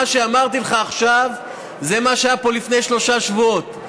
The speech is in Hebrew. מה שאמרתי לך עכשיו זה מה שהיה פה לפני שלושה שבועות.